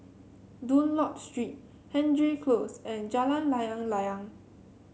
Dunlop Street Hendry Close and Jalan Layang Layang